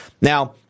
Now